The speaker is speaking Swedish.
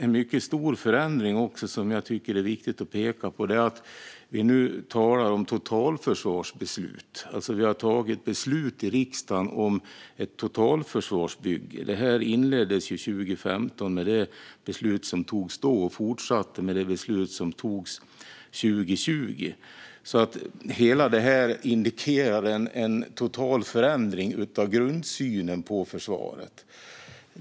En mycket stor förändring, som jag tycker är viktig att peka på, är att vi nu talar om totalförsvarsbeslut. Vi har i riksdagen fattat beslut om ett totalförsvarsbygge. Det inleddes 2015 i och med det beslut som då fattades och fortsatte med det beslut som fattades 2020. Allt detta indikerar en total förändring av grundsynen på försvaret.